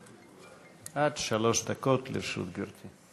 עד שלוש דקות לרשות גברתי.